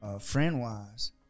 friend-wise